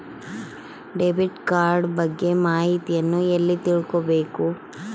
Debit card ಬಗ್ಗೆ ಮಾಹಿತಿಯನ್ನ ಎಲ್ಲಿ ತಿಳ್ಕೊಬೇಕು?